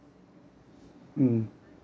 mm